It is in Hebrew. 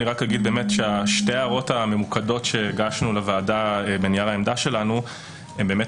שתי ההערות הממוקדות שהגשנו לוועדה בנייר העמדה שלנו באמת